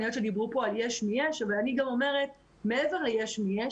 דיברו כאן על יש מיש אבל מעבר לזה,